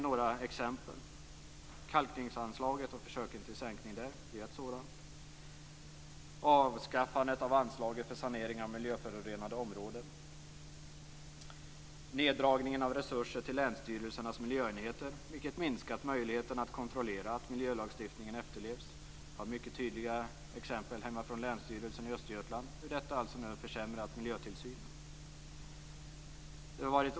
Jag kan ge några exempel. Neddragningen av resurser till länsstyrelserna miljöenheter, vilket minskat möjligheten att kontrollera att miljölagstiftningen efterlevs. Jag har mycket tydliga exempel från Länsstyrelsen i Östergötland på hur detta har försämrat miljötillsynen.